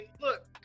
look